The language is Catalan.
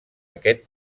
aquest